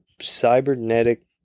cybernetic